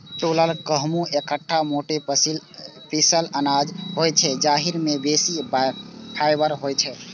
टूटल गहूम एकटा मोट पीसल अनाज होइ छै, जाहि मे बेसी फाइबर होइ छै